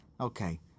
Okay